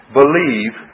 believe